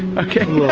okay. i